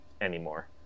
anymore